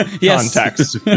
Yes